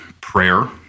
prayer